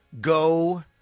go